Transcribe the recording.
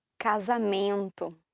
Casamento